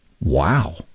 Wow